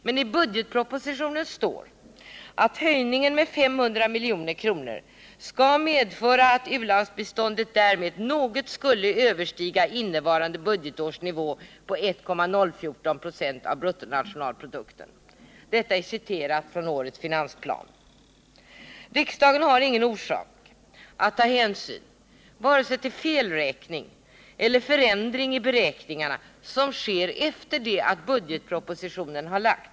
Men enligt budgetpropositionen kommer höjningen med 500 milj.kr. att medföra att u-landsbiståndet därmed något överstiger innevarande budgetårs nivå på 1,014 96 av bruttonationalprodukten. Riksdagen har ingen orsak att ta hänsyn till vare sig felräkning eller förändring i beräkningarna som sker efter det att budgetpropositionen lagts fram.